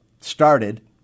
started—